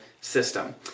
system